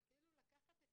זה כאילו לקחת את